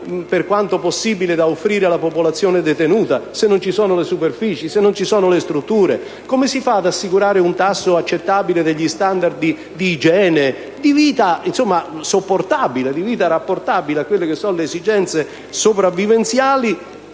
per quanto possibile, da offrire alla popolazione detenuta? Se non ci sono le superfici e le strutture, come si fa ad assicurare un tasso accettabile degli *standard* accettabili di igiene e di vita, sopportabili e rapportabili a quelle che sono le esigenze sopravvivenziali?